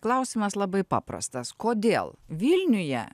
klausimas labai paprastas kodėl vilniuje